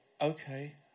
Okay